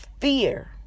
fear